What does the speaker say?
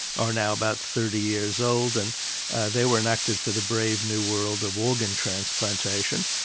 are now about thirty years old and they were enacted for the brave new world of organ transplantation,